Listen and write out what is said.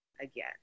again